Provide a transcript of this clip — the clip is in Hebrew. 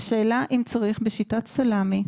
השאלה אם צריך בשיטת סלמי,